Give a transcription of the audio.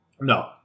No